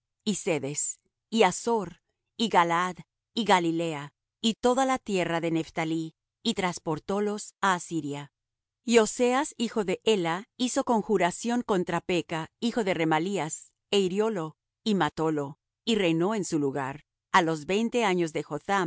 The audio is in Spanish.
y cedes y asor y galaad y galilea y toda la tierra de nephtalí y trasportólos á asiria y oseas hijo de ela hizo conjuración contra peka hijo de remalías é hiriólo y matólo y reinó en su lugar á los veinte años de